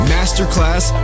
Masterclass